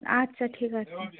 আচ্ছা ঠিক আছে